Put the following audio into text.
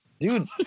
Dude